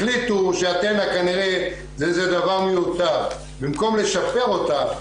החליטו ש"אתנה" כנראה זה דבר מיותר במקום לשפר אותה,